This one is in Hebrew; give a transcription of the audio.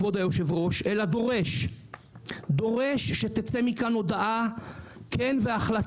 כבוד היו"ר, אלא דורש שתצא מכאן הודעה והחלטה.